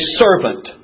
servant